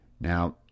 Now